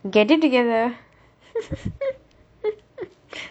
get it together